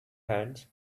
hands